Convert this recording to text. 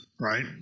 right